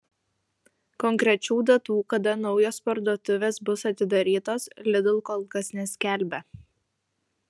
konkrečių datų kada naujos parduotuvės bus atidarytos lidl kol kas neskelbia